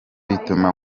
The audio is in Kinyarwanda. bituma